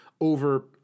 over